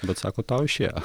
bet sako tau išėjo